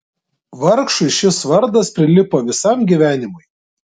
vargšui šis vardas prilipo visam gyvenimui